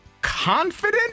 confident